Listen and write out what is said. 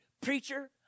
preacher